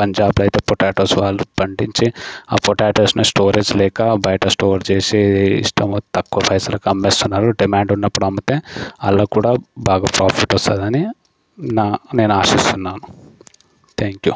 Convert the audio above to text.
పంజాబ్లో అయితే పొటాటోస్ వాళ్ళు పండించి ఆ పొటాటోస్ని స్టోరేజ్ లేక బయట స్టోర్ చేసి ఇష్టము తక్కువ పైసలకు అమ్మేస్తున్నారు డిమాండ్ ఉన్నప్పుడు అమ్మితే వాళ్లకు కూడా బాగా ప్రాఫిట్ వస్తుంది అని నా నేను ఆశిస్తున్నాను థ్యాంక్ యూ